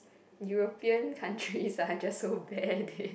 European countries are just so bad they